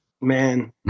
Man